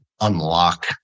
unlock